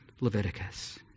Leviticus